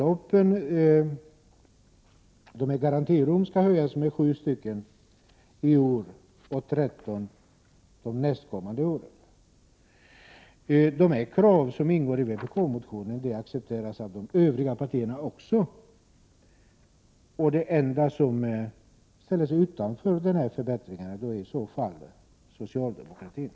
och att garantirummen skall utökas med 7 i år och 13 de nästkommande åren. Dessa krav, som ingår i vpk-motionen, accepteras också av de övriga partierna. De enda som ställer sig utanför dessa förbättringar är socialdemokraterna.